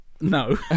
No